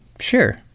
Sure